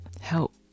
help